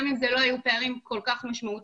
גם אם אלה לא היו פערים כל כך משמעותיים,